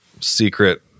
secret